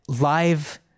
live